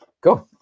go